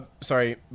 sorry